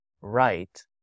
right